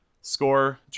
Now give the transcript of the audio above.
score